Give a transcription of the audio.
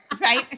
right